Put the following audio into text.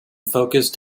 focussed